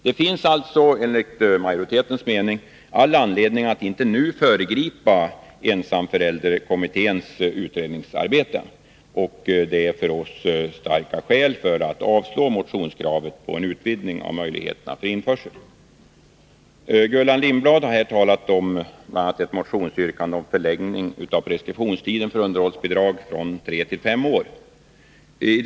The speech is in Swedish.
Det finns alltså enligt utskottsmajoritetens mening all anledning att inte nu föregripa ensamförälderkommitténs utredningsarbete. Det är för oss starka skäl för att avstyrka motionskravet på en utvidgning av möjligheterna till införsel. Gullan Lindblad har här talat om bl.a. ett motionsyrkande om förlängning av preskriptionstiden för underhållsbidrag från tre-fem år.